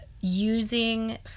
using